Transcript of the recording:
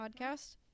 Podcast